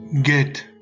get